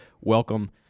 welcome